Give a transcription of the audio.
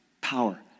power